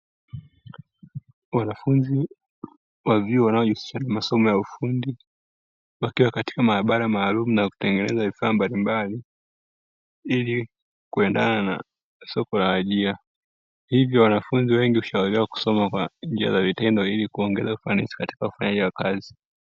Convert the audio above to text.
Wanafunzi wa vyuo wanaojihusisha na masomo ya ufundi wakiwa katika maabara maalumu na kutengeneza vifaa mbalimbali ili kuendana na soko la ajira, hivyo wanafunzi wengi hushauriwa kusoma kwa vitendo ili kuongeza ufanisi katika ufanyaji wa kazi.